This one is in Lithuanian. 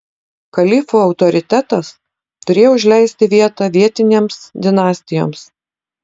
kalifų autoritetas turėjo užleisti vietą vietinėms dinastijoms